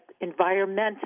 environmental